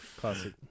Classic